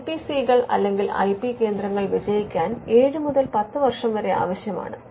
I P C കൾ അല്ലെങ്കിൽ I P കേന്ദ്രങ്ങൾ വിജയിക്കാൻ 7 മുതൽ 10 വർഷം വരെ ആവശ്യമാണ്